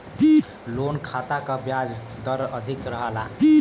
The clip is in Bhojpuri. लोन खाता क ब्याज दर अधिक रहला